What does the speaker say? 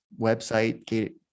website